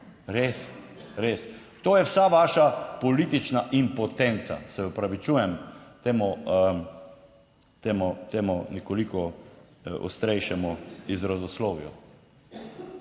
res, res. To je vsa vaša politična impotenca, se opravičujem temu, temu, temu nekoliko ostrejšemu izrazoslovju,